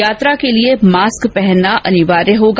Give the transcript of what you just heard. यात्रा के लिए मास्क पहनना अनिवार्य होगा